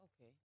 okay